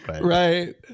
Right